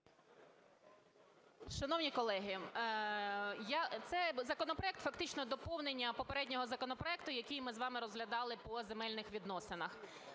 Шановні колеги, цей законопроект – фактично доповнення попереднього законопроекту, який ми з вами розглядали по земельних відносинах.